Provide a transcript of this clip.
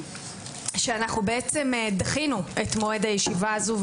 שאנחנו דחינו את מועד הישיבה הזו,